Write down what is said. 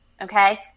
Okay